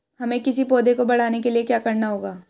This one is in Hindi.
हमें किसी पौधे को बढ़ाने के लिये क्या करना होगा?